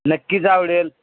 नक्कीच आवडेल